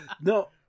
No